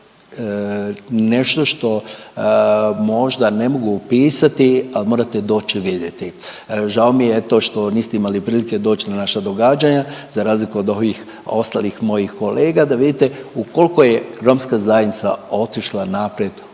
nešto što možda ne mogu opisati, morate doći vidjeti. Žao mi je eto što niste imali prilike doći na naša događanja za razliku od ovih ostalih mojih kolega da vidite koliko je romska zajednica otišla naprijed unatrag